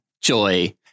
Joy